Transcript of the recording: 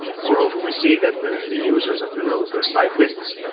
moreover, we see that the the users of the road, the cyclists,